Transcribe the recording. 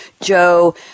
Joe